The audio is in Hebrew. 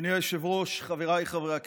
אדוני היושב-ראש, חבריי חברי הכנסת,